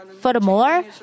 Furthermore